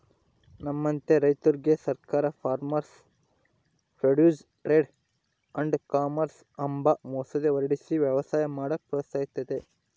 ನಮ್ಮಂತ ರೈತುರ್ಗೆ ಸರ್ಕಾರ farmers produce trade and commerce ಅಂಬ ಮಸೂದೆ ಹೊರಡಿಸಿ ವ್ಯವಸಾಯ ಮಾಡಾಕ ಪ್ರೋತ್ಸಹಿಸ್ತತೆ